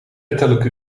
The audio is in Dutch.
ettelijke